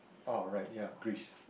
oh right ya Greece